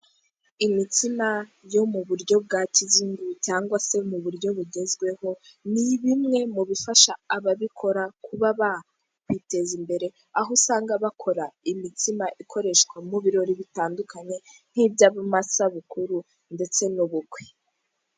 Imitsima yo mu buryo bwa kizingu, cyangwa se mu buryo bugezweho ni bimwe mu bifasha ababikora kuba bakwiteza imbere, aho usanga bakora imitsima ikoreshwa mu birori bitandukanye, nk'ibyo mu isabukuru ndetse n'ubukwe.